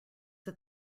that